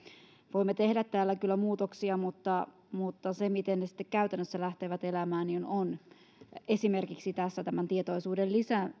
voimme tehdä täällä kyllä muutoksia mutta mutta se miten ne sitten käytännössä lähtevät elämään riippuu esimerkiksi tämän tietoisuuden